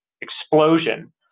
explosion